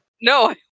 No